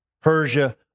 Persia